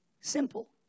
Simple